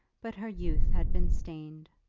but her youth had been stained,